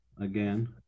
again